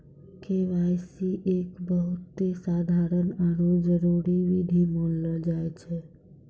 KYC एक बहुते साधारण आरु जरूरी विधि मानलो जाय छै